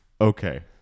Okay